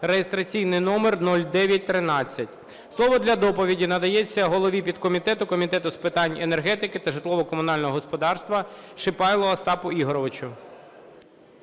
(реєстраційний номер 0913). Слово для доповіді надається голові підкомітету Комітету з питань енергетики та житлово-комунального господарства Шипайлу Остапу Ігоровичу.